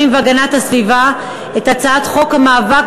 בשם ועדת הפנים והגנת הסביבה את הצעת חוק המאבק